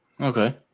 Okay